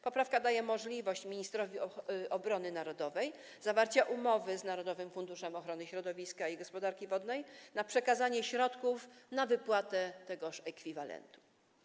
Poprawka daje możliwość ministrowi obrony narodowej zawarcia umowy z Narodowym Funduszem Ochrony Środowiska i Gospodarki Wodnej na przekazanie środków na wypłatę tegoż ekwiwalentu.